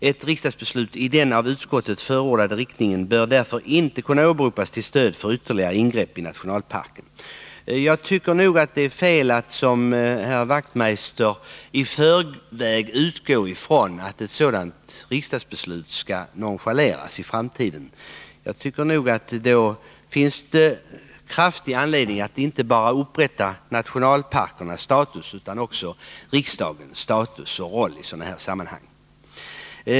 Ett riksdagsbeslut i den av utskottet förordade riktningen bör därför inte kunna åberopas till stöd för ytterligare ingrepp i nationalparken.” Jag tycker nog att det är fel att som herr Wachtmeister i förväg utgå ifrån att ett sådant riksdagsbeslut skall nonchaleras i framtiden. Det finns verkligen anledning att återupprätta inte bara nationalparkernas status utan också riksdagens status och roll i sådana här sammanhang.